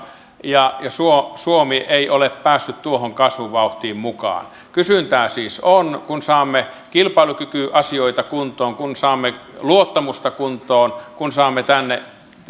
ja suomi suomi ei ole päässyt tuohon kasvuvauhtiin mukaan kysyntää siis on kun saamme kilpailukykyasioita kuntoon kun saamme luottamusta kuntoon kun saamme